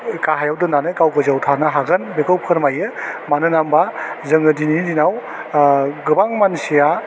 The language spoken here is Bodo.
गाहायाव दोननानै गाव गोजौवाव थानो हागोन बेखौ फोरमायो मानो होनना होनबा जोङो दिनैनि दिनाव आह गोबां मानसिया